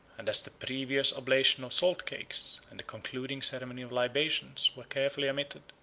and as the previous oblation of salt cakes, and the concluding ceremony of libations, were carefully omitted,